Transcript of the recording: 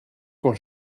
quand